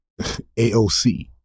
AOC